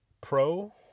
Pro